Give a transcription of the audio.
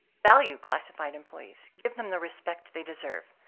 value classified employees. give them the respect they deserve.